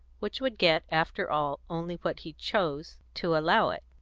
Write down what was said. which would get, after all, only what he chose to allow it.